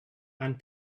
and